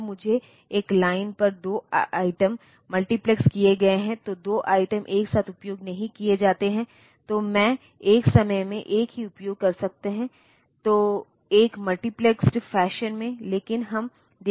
तो इस reset out का उपयोग अन्य उपकरणों को रीसेट करने के लिए किया जाएगा